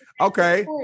okay